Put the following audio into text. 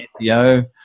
SEO